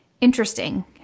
interesting